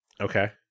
Okay